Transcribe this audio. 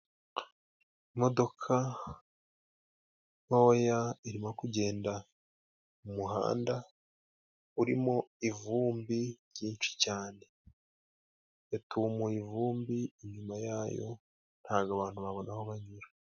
Imodoka ntoya irimo kugenda mu muhanda urimo ivumbi ryinshi cyane, yatumuye ivumbi, inyuma yayo ntago abantu babona aho banyura.